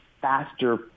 faster